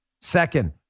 Second